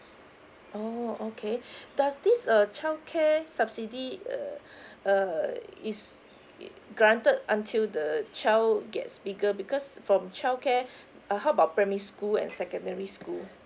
oh okay does this err childcare subsidy uh uh is granted until the child gets bigger because from childcare uh how about primary school and secondary school